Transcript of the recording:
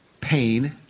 pain